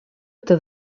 это